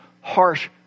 harsh